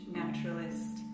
naturalist